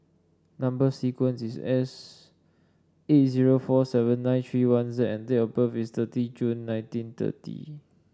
number sequence is S eight zero four seven nine three one Z and date of birth is thirty June nineteen thirty